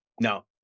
No